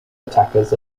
attackers